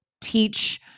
teach